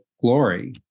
glory